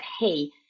Hey